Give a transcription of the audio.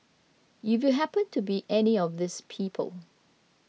if you happened to be any of these people